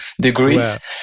degrees